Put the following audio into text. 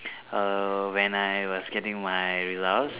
err when I was getting my results